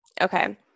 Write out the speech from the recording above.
Okay